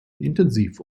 intensiv